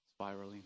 Spiraling